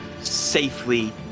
safely